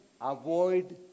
avoid